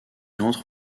entre